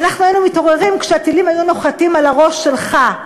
ואנחנו היינו מתעוררים כשהטילים היו נוחתים על הראש שלך.